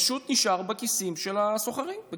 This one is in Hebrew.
פשוט נשאר בכיסם של הסוחרים.